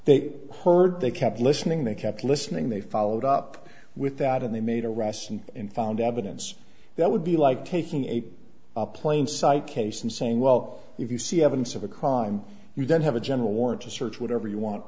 they heard they kept listening they kept listening they followed up with that and they made a rush in and found evidence that would be like taking a plain sight case and saying well if you see evidence of a crime you don't have a general warrant to search